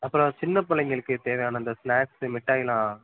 அப்புறம் சின்ன பிள்ளைங்களுக்கு தேவையான அந்த ஸ்நேக்ஸு மிட்டாய்லாம்